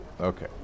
Okay